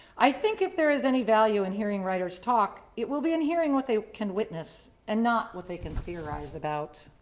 i think if there is any value in hearing writers talk it will be in hearing what they can witness and not what they can theorize about.